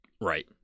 Right